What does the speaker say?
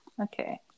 Okay